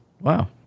wow